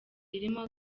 irimo